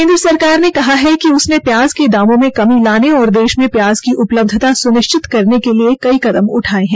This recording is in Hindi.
केन्द्र सरकार ने कहा कि उसने प्याज के दामों में कमी लाने और देश में प्याज की उपलब्धता सुनिश्चित करने के लिए कई कदम उठाए हैं